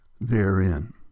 therein